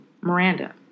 Miranda